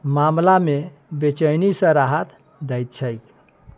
मामलामे बैचेनीसँ राहत दइ छैक